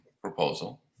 proposal